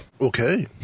Okay